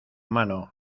mano